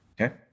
Okay